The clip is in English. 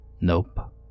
Nope